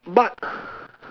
but